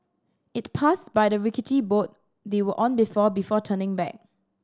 it passed by the rickety boat they were on before before turning back